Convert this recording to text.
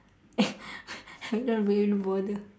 and we don't even bother